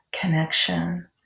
connection